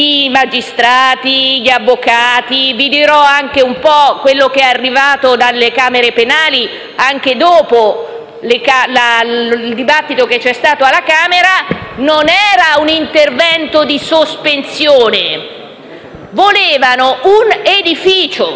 i magistrati e gli avvocati - vi dirò un po' anche quello che è arrivato dalle camere penali dopo il dibattito che c'è stato alla Camera - non era un intervento di sospensione: volevano un edificio.